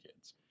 kids